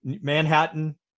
Manhattan